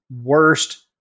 worst